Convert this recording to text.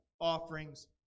offerings